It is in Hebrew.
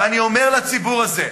ואני אומר לציבור הזה: